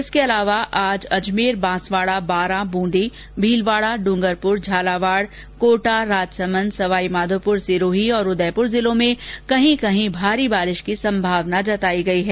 इसके अलावा आज अजमेर बांसवाड़ा बारां बूंदी भीलवाड़ा ड्रंगरपुर झालावाड़ कोटा राजसमन्द सवाईमाधोपुर सिरोही और उदयपुर जिलों में कहीं कहीं भारी बारिश की संभावना जताई है